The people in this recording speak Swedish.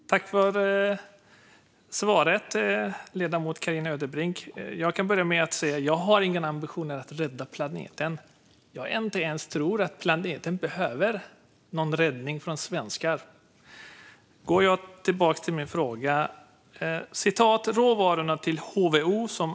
Fru talman! Tack för svaret, ledamoten Carina Ödebrink! Jag kan börja med att säga att jag inte har någon ambition att rädda planeten. Jag tror inte ens att planeten behöver räddas från svenskar. Jag går tillbaka till min fråga med ett citat från utredningen jag nämnde.